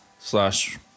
slash